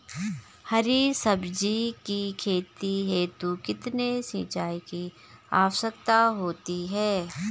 हरी सब्जी की खेती हेतु कितने सिंचाई की आवश्यकता होती है?